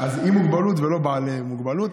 אז "עם מוגבלות" ולא "בעלי מוגבלות".